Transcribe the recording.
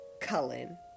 Cullen